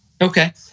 Okay